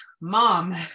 mom